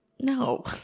No